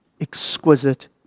exquisite